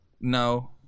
No